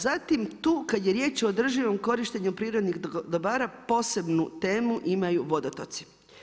Zatim, tu kad je riječ o održivom korištenju prirodnih dobara, posebnu temu imaju vodotoci.